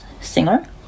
singer